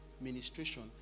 ministration